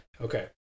Okay